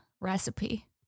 recipe